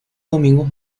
domingo